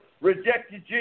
rejected